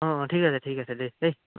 অঁ অঁ ঠিক আছে ঠিক আছে দে দেই